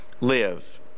live